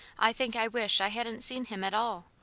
i think i wish i hadn't seen him at all.